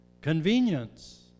convenience